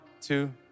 two